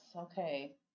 okay